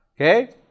Okay